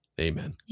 amen